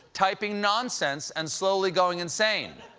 typing nonsense and slowing going insane.